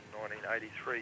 1983